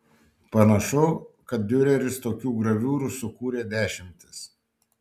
panašu kad diureris tokių graviūrų sukūrė dešimtis